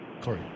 Corey